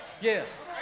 Yes